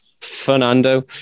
Fernando